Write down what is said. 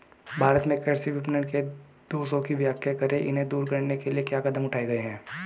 भारत में कृषि विपणन के दोषों की व्याख्या करें इन्हें दूर करने के लिए क्या कदम उठाए गए हैं?